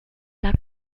lag